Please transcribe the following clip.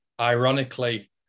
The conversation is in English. Ironically